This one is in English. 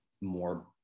more